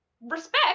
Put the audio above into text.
Respect